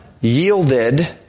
yielded